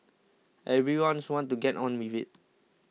everyone wants to get on with it